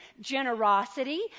generosity